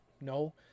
No